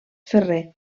ferrer